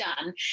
done